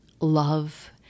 love